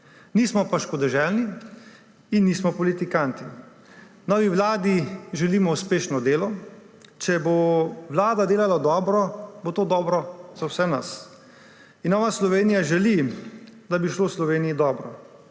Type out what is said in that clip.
Nismo pa škodoželjni in nismo politikanti. Novi vladi želimo uspešno delo. Če bo vlada delala dobro, bo to dobro za vse nas. Nova Slovenija želi, da bi šlo Sloveniji dobro.